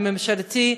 להצעה הממשלתית,